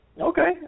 Okay